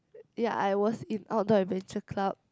ya I was in Outdoor Adventure Club